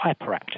hyperactive